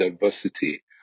diversity